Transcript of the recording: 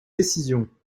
décisions